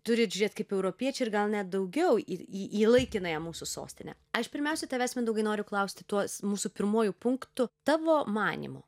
turit žiūrėt kaip europiečiai ir gal net daugiau į į į laikinąją mūsų sostinę aš pirmiausia tavęs mindaugai noriu klausti tuos mūsų pirmuoju punktu tavo manymu